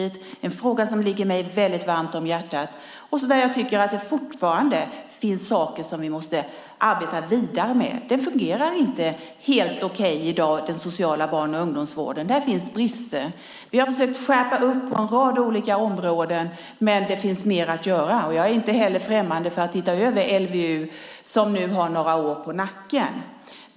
Det är en fråga som ligger mig väldigt varmt om hjärtat och där jag tycker att det fortfarande finns saker vi måste arbeta vidare med. Den sociala barn och ungdomsvården fungerar inte helt okej i dag. Där finns brister. Vi har försökt skärpa upp på en rad olika områden, men det finns mer att göra. Jag är inte heller främmande för att titta över LVU, som nu har några år på nacken.